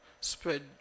spread